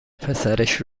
پسرش